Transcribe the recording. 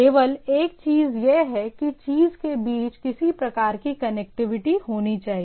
केवल एक चीज यह है कि चीज के बीच किसी प्रकार की कनेक्टिविटी होनी चाहिए